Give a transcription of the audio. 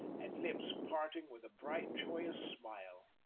and lips parting with a bright, joyous smile.